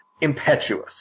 impetuous